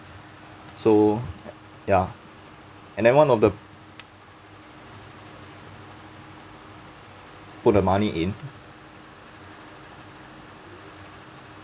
so ya and then one of the put the money in